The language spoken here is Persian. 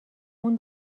اون